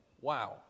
wow